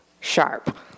sharp